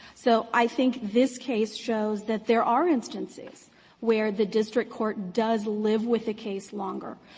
so i think this case shows that there are instances where the district court does live with a case longer.